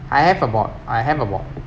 I have a ball I have a ball